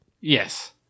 Yes